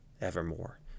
evermore